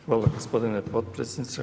Hvala gospodine potpredsjedniče.